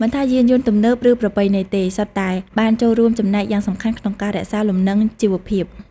មិនថាយានយន្តទំនើប ឬប្រពៃណីទេ សុទ្ធតែបានចូលរួមចំណែកយ៉ាងសំខាន់ក្នុងការរក្សាលំនឹងជីវភាព។